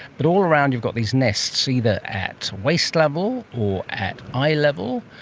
but all around you've got these nests either at waist level or at eye level,